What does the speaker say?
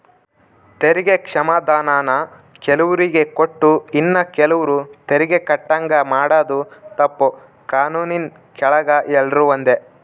ತೆರಿಗೆ ಕ್ಷಮಾಧಾನಾನ ಕೆಲುವ್ರಿಗೆ ಕೊಟ್ಟು ಇನ್ನ ಕೆಲುವ್ರು ತೆರಿಗೆ ಕಟ್ಟಂಗ ಮಾಡಾದು ತಪ್ಪು, ಕಾನೂನಿನ್ ಕೆಳಗ ಎಲ್ರೂ ಒಂದೇ